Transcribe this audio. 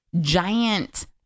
giant